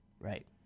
Right